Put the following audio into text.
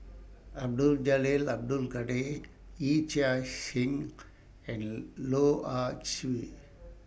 Abdul Jalil Abdul Kadir Yee Chia Hsing and Loh Ah Chee